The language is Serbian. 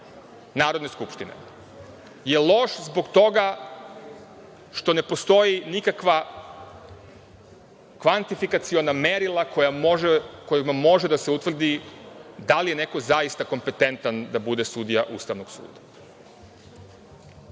Narodne skupštine je loš zbog toga što ne postoje nikakva kvantifikaciona merila kojima može da se utvrdi da li je neko zaista kompetentan da bude sudija Ustavnog suda. Po